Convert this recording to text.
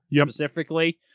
specifically